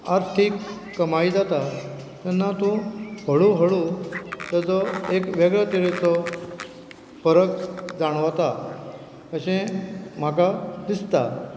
आर्थीक कमाई जाता तेन्ना तूं हळू हळू ताजो एक वेगळो तरेचो फरक जाणवता अशें म्हाका दिसता